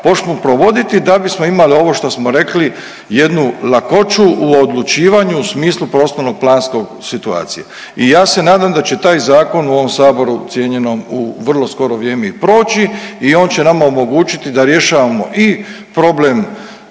počnu provoditi da bismo imali ovo što smo rekli jednu lakoću u odlučivanju u smislu prostorno-planske situacije. I ja se nadam da će taj Zakon u ovom Saboru cijenjenom u vrlo skoro vrijeme i proći i on će nama omogućiti da rješavamo i problem